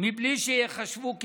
מבלי שייחשבו כפורשים,